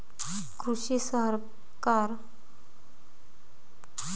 कृषी सहकार काही शेतकरी शिक्षण गोळा करून शेती करतात